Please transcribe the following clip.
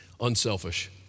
Unselfish